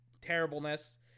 terribleness